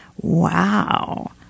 Wow